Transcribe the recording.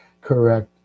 correct